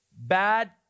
Bad